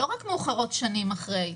לא רק מאוחרות שנים אחרי,